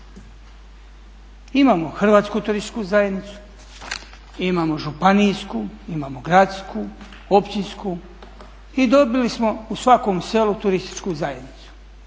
Imamo Hrvatsku turističku zajednicu, imamo županijsku, imamo gradsku, općinsku i dobili smo u svakom selu turističku zajednicu